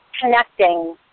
connecting